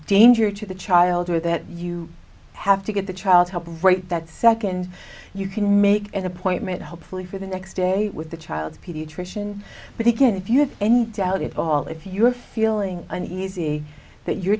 danger to the child or that you have to get the child help rate that second you can make an appointment hopefully for the next day with the child's pediatrician but again if you have any doubt at all if you are feeling uneasy that your